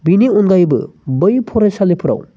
बेनि अनगायैबो बै फरायसालिफोराव